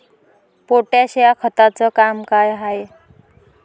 Potash या खताचं काम का हाय?